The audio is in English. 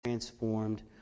transformed